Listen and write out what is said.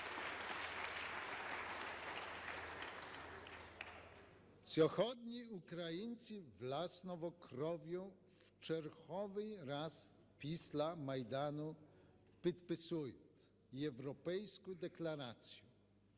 Сьогодні українці власною кров'ю в черговий раз після Майдану підписують європейську декларацію.